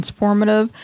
transformative